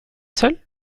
seul